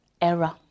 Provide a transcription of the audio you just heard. error